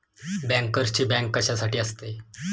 बँकर्सची बँक कशासाठी असते?